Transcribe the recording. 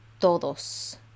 todos